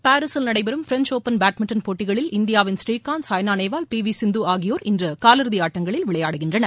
பாரிஸில் நடைபெறும் French Open badminton போட்டிகளில் இந்தியாவின் புரீகாந்த் சாய்னா நேவால் பி வி சிந்து ஆகியோர் இன்று கால் இறுதி ஆட்டங்களில் விளையாடுகின்றனர்